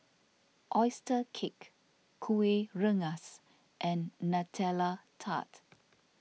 Oyster Cake Kuih Rengas and Nutella Tart